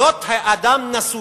היות האדם נשוי,